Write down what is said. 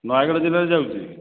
ନୟାଗଡ଼ ଜିଲ୍ଲାରେ ଯାଉଛି